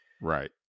right